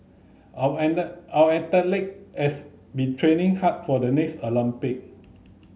our our athlete has been training hard for the next Olympic